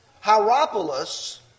Hierapolis